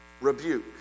rebuke